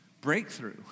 Breakthrough